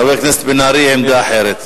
חבר הכנסת בן-ארי, עמדה אחרת.